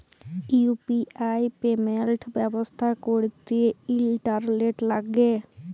UPI payment ব্যবস্থা ক্যরতে internet ল্যাগে